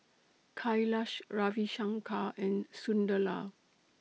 Kailash Ravi Shankar and Sunderlal